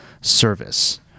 service